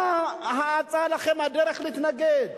מה אצה לכם הדרך להתנגד?